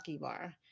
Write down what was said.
bar